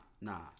nah